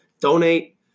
donate